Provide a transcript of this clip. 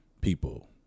people